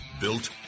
Built